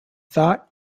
thought